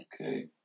Okay